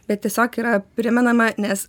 bet tiesiog yra primenama nes